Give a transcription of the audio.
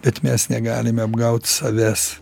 bet mes negalime apgaut savęs